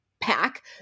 pack